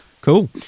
cool